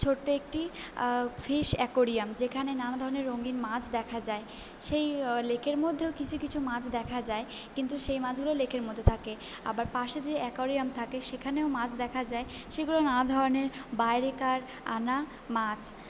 ছোট্ট একটি fish aquarium যেখানে নানা ধরণের রঙিন মাছ দেখা যায় সেই লেকের মধ্যেও কিছু কিছু মাছ দেখা যায় কিন্তু সেই মাছগুলো লেকের মধ্যে থাকে আবার পাশে যে অ্যাকোরিয়াম থাকে সেখানেও মাছ দেখা যায় সেগুলো নানা ধরনের বাইরেকার আনা মাছ